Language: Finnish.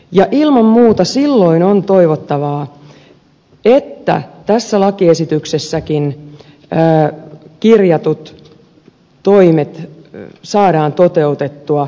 ja ilman muuta silloin on toivottavaa että tässä lakiesityksessäkin kirjatut toimet saadaan toteutettua